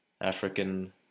African